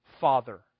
father